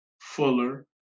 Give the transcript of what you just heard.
Fuller